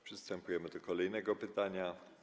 Przystępujemy do kolejnego pytania.